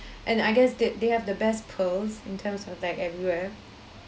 and I guess they they have the best pearls in terms of like everywhere